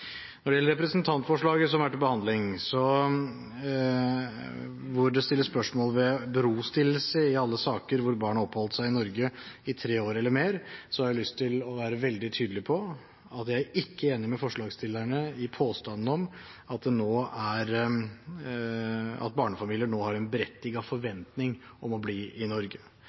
Når det gjelder representantforslaget som er til behandling, hvor det stilles spørsmål om berostillelse i alle saker hvor barn har oppholdt seg i Norge i tre år eller mer, har jeg lyst til å være veldig tydelig på at jeg ikke er enig med forslagsstillerne i påstanden om at barnefamilier nå har en berettiget forventning om å få bli i Norge.